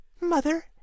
Mother